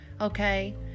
okay